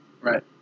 Right